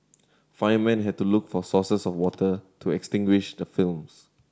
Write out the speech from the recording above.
firemen had to look for sources of water to extinguish the films